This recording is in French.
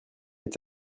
est